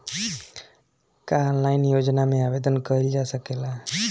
का ऑनलाइन योजना में आवेदन कईल जा सकेला?